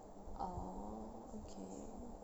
orh okay